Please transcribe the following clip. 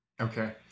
Okay